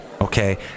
Okay